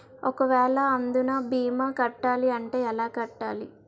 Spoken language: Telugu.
ఒక వేల అందునా భీమా కట్టాలి అంటే ఎలా కట్టాలి?